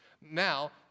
Now